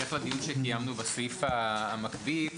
בהמשך לדיון שקיימנו בסעיף המקביל,